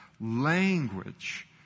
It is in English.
language